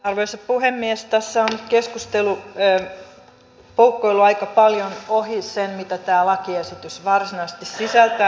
tässä on keskustelu poukkoillut aika paljon ohi sen mitä tämä lakiesitys varsinaisesti sisältää